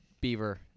Beaver